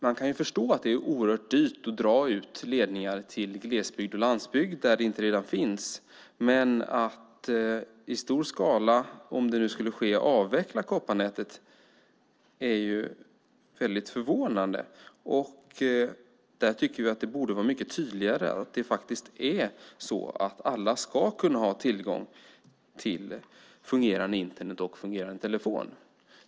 Man kan förstå att det är oerhört dyrt att dra ledningar ut till glesbygd och landsbygd där de inte redan finns. Men det skulle vara förvånande om man i stor skala avvecklar kopparnätet. Vi tycker att det borde vara mycket tydligare att alla faktiskt ska kunna ha tillgång till fungerande Internet och fungerande telefon.